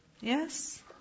Yes